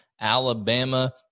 alabama